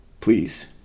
Please